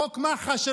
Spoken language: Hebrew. חוק מח"ש.